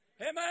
Amen